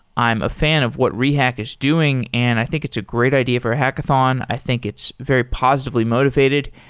i'm a fan of what rehack is doing and i think it's a great idea for a hackathon. i think it's very positively motivated.